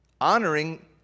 Honoring